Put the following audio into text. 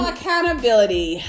Accountability